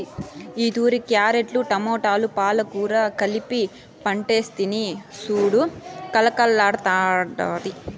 ఈతూరి క్యారెట్లు, టమోటాలు, పాలకూర కలిపి పంటేస్తిని సూడు కలకల్లాడ్తాండాది